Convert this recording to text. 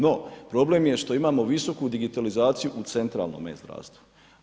No, problem je što imamo visoku digitalizaciju u centralnom e-zdravstvu.